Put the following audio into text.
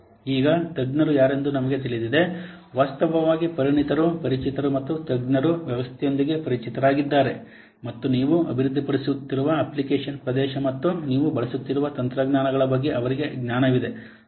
ಈಗ ತಜ್ಞರು ಯಾರೆಂದು ನಮಗೆ ತಿಳಿದಿದೆ ವಾಸ್ತವವಾಗಿ ಪರಿಣಿತರು ಪರಿಚಿತರು ಮತ್ತು ತಜ್ಞರು ವ್ಯವಸ್ಥೆಯೊಂದಿಗೆ ಪರಿಚಿತರಾಗಿದ್ದಾರೆ ಮತ್ತು ನೀವು ಅಭಿವೃದ್ಧಿಪಡಿಸುತ್ತಿರುವ ಅಪ್ಲಿಕೇಶನ್ ಪ್ರದೇಶ ಮತ್ತು ನೀವು ಬಳಸುತ್ತಿರುವ ತಂತ್ರಜ್ಞಾನಗಳ ಬಗ್ಗೆ ಅವರಿಗೆ ಜ್ಞಾನವಿದೆ